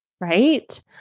right